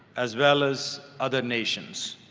as well as other nations.